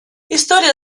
история